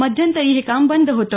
मध्यंतरी हे काम बंद होते